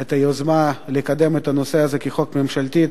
את היוזמה לקדם את הנושא הזה כחוק ממשלתי,